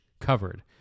covered